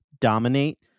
dominate